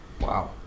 Wow